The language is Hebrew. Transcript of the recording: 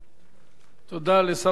תודה לשר הבינוי והשיכון.